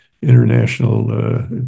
international